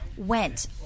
Went